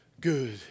good